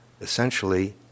essentially